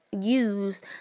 use